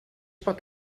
pot